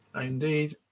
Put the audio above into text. Indeed